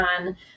on